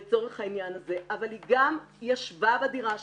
לצורך העניין הזה, אבל היא גם ישבה בדירה שלו.